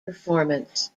performance